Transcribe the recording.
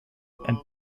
and